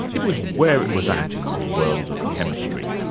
it was where it was at in the world of chemistry.